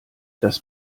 das